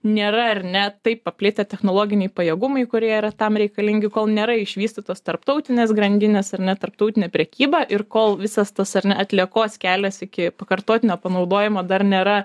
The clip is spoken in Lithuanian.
nėra ar ne taip paplitę technologiniai pajėgumai kurie yra tam reikalingi kol nėra išvystytos tarptautinės grandinės ar ne tarptautinė prekyba ir kol visas tas ar ne atliekos kelias iki pakartotinio panaudojimo dar nėra